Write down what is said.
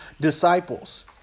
disciples